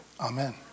Amen